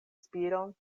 spiron